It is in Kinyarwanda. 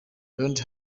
don’t